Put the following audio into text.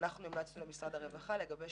המלצנו למשרד הרווחה לגבש